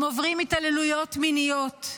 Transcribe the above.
הם עוברים התעללויות מיניות,